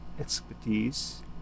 expertise